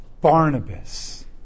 Barnabas